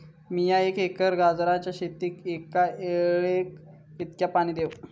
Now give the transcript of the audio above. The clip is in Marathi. मीया एक एकर गाजराच्या शेतीक एका वेळेक कितक्या पाणी देव?